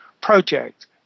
project